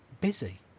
busy